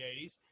80s